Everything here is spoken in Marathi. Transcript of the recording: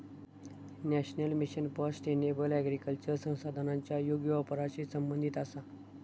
national mission for sustainable agriculture संसाधनांच्या योग्य वापराशी संबंधित आसा